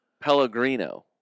Pellegrino